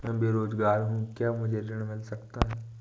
मैं बेरोजगार हूँ क्या मुझे ऋण मिल सकता है?